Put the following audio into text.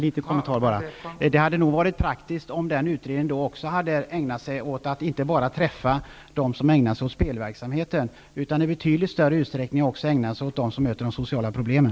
Fru talman! Det hade nog varit praktiskt om den utredningen då inte bara hade träffat dem som ägnar sig åt spelverksamheten, utan i betydligt större utsträckning också hade träffat dem som möter de sociala problemen.